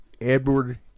edward